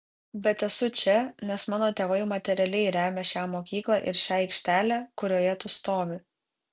bet esu čia nes mano tėvai materialiai remia šią mokyklą ir šią aikštelę kurioje tu stovi